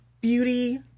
beauty